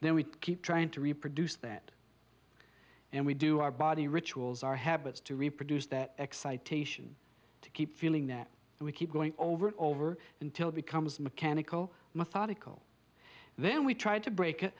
then we keep trying to reproduce that and we do our body rituals our habits to reproduce that excitation to keep feeling that we keep going over and over until it becomes mechanical methodical then we try to break it